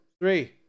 three